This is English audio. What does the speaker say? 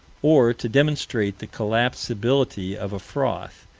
or to demonstrate the collapsibility of a froth,